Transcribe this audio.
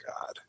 God